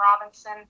Robinson